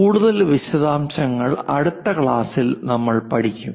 കൂടുതൽ വിശദാംശങ്ങൾ അടുത്ത ക്ലാസ്സിൽ നമ്മൾ പഠിക്കും